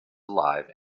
alive